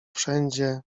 wszędzie